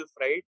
right